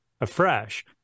afresh